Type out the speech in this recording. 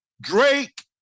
Drake